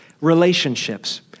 relationships